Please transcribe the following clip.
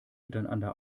miteinander